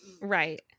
Right